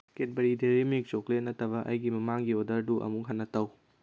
Cadbury dairy milk chocolate ꯅꯠꯇꯕ ꯑꯩꯒꯤ ꯃꯃꯥꯡꯒꯤ ꯑꯣꯔꯗꯔꯗꯨ ꯑꯃꯨꯛ ꯍꯟꯅ ꯇꯧ